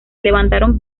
levantaron